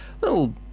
little